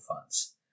funds